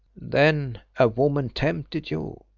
then a woman tempted you,